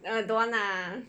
err don't want lah